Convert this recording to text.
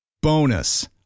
Bonus